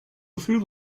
through